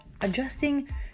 adjusting